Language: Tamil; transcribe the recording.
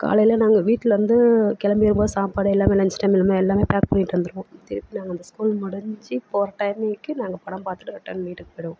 காலையில் நாங்கள் வீட்டுலேருந்து கிளம்பி வரும்போது சாப்பாடு எல்லாமே லஞ்ச் டைம் எல்லாமே எல்லாமே பேக் பண்ணிவிட்டு வந்துடுவோம் திருப்பி நாங்கள் அந்த ஸ்கூல் முடிஞ்சு போகிற டைமிங்குக்கு நாங்கள் படம் பார்த்துட்டு ரிட்டர்ன் வீட்டுக்கு போய்டுவோம்